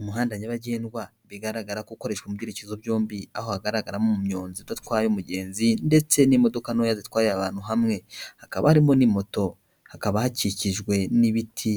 Umuhanda nyabagendwa bigaragara ko ukoreshwa mu byerekezo byombi, aho hagaragaramo umunyonzi udatwaye umugenzi ndetse n'imodoka ntoya zitwariye abantu hamwe, hakaba harimo n'imoto, hakaba hakikijwe n'ibiti